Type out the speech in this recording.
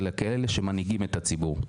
אלא ככאלה שמנהיגים את הציבור.